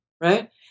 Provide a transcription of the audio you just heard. right